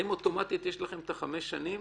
האם אוטומטית יש לכם חמש שנים?